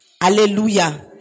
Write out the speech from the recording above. Hallelujah